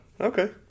Okay